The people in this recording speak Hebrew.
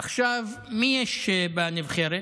עכשיו מי יש בנבחרת,